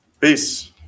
Peace